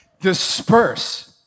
disperse